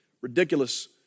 ridiculous